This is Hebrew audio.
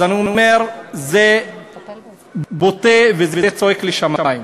אז אני אומר, זה בוטה וזה צועק לשמים.